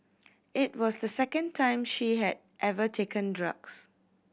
it was the second time she had ever taken drugs